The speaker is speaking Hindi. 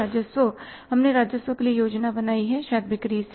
राजस्व हमने राजस्व के लिए योजना बनाई है शायद बिक्री से